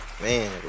man